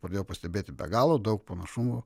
pradėjau pastebėti be galo daug panašumų